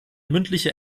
mündliche